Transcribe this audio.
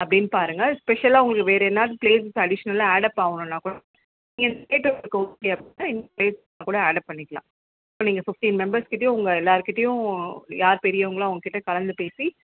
அப்படின்னு பாருங்கள் ஸ்பெஷலாக உங்களுக்கு வேறு என்னது ப்ளேஸஸ் அடிஷ்னலாக ஆடெப் ஆகணுன்னா கூட நீங்கள் கேட்டு உங்களுக்கு ஓகே அப்படின்னா இன்னும் ப்ளேஸ் கூட ஆடெப் பண்ணிக்கலாம் இப்போ நீங்கள் ஃபிஃப்டீன் மெம்பெர்ஸ்கிட்டேயே உங்கள் எல்லார்கிட்டையும் யார் பெரியவங்களோ அவங்கக்கிட்ட கலந்து பேசி